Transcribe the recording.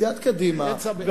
סיעת קדימה,